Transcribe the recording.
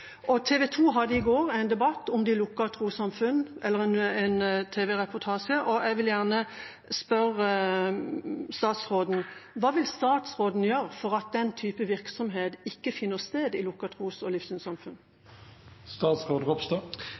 TV 2 hadde i går en tv-reportasje om lukkede trossamfunn. Jeg vil gjerne spørre statsråden: Hva vil statsråden gjøre for at den type virksomhet ikke finner sted i lukkede tros- og livssynssamfunn?